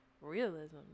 realism